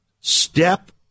Step